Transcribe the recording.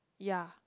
ya